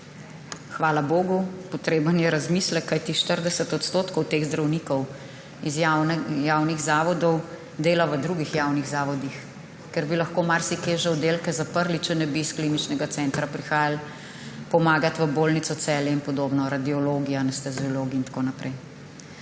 Hvala bogu, potreben je razmislek, kajti 40 % zdravnikov iz javnih zavodov dela v drugih javnih zavodih, ker bi lahko marsikje oddelke že zaprli, če ne bi iz kliničnega centra prihajali pomagat v bolnico Celje in podobno, radiologi, anesteziologi in tako naprej.